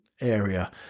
area